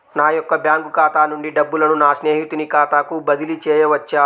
నా యొక్క బ్యాంకు ఖాతా నుండి డబ్బులను నా స్నేహితుని ఖాతాకు బదిలీ చేయవచ్చా?